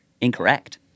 incorrect